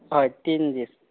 हय तीन दीस